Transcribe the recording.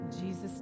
Jesus